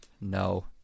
no